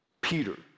peter